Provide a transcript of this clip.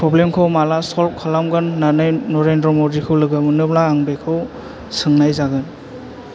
problem खौ माला सल्भ खालामगोन होनानै नरेन्द्र' मदिखौ लोगो मोनोब्ला आं बेखौ सोंनाय जागोन